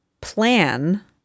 plan